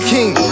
King